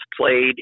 played